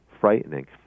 frightening